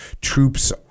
Troops